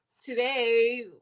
Today